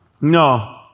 no